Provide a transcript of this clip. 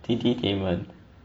tititainment